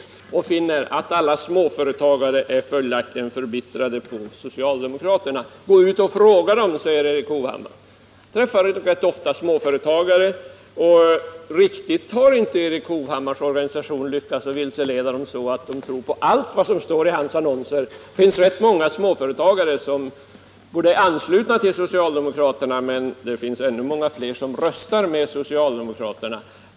Erik Hovhammar finner att alla småföretagare följaktligen är förbittrade på socialdemokraterna. Gå ut och fråga dem, säger Erik Hovhammar. Jag träffar rätt ofta småföretagare. Erik Hovhammars organisation har inte riktigt lyckats vilseleda dem, så att de tror på allt som står i hans annonser. Det finns ganska många småföretagare som är anslutna till socialdemokraterna, men det finns ännu många fler som röstar med socialdemokraterna.